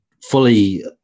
fully